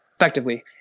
effectively